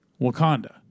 Wakanda